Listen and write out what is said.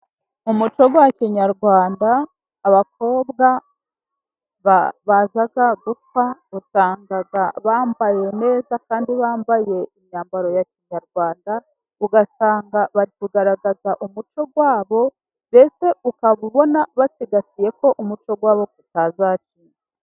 Mu muco wa kinyarwanda abakobwa baza gukwa wasanga bambaye neza, kandi bambaye imyambaro ya kinyarwanda ugasanga bari kugaragaza umuco wabo, mbese ukaba ubona basigasiye ko umuco wabo utazacika.